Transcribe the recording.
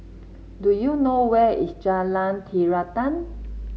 do you know where is Jalan Terentang